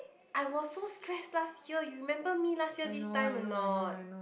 I was so stressed last year you remember me last year this time or not